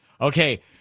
okay